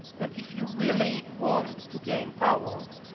and if you really want to gain power,